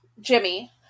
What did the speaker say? Jimmy